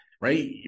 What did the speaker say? right